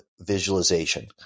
visualization